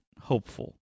hopeful